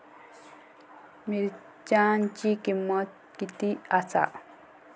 मिरच्यांची किंमत किती आसा?